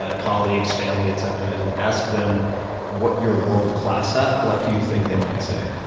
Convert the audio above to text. ah colleagues, family, etcetera, and ask them what you're world class at, what do you think they might say?